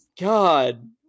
God